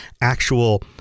actual